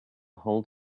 hold